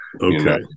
Okay